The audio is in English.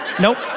Nope